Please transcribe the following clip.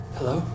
Hello